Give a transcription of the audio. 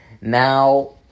now